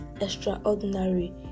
extraordinary